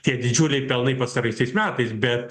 tie didžiuliai pelnai pastaraisiais metais bet